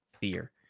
fear